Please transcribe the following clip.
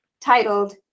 titled